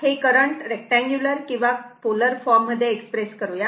तर आता हे करंट रेक्टनगुलर किंवा पोलर फॉर्म मध्ये एक्सप्रेस करूया